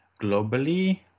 globally